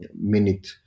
minute